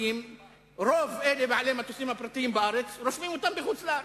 רוב בעלי המטוסים הפרטיים בארץ רושמים אותם בחוץ-לארץ.